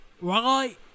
Right